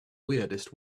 weirdest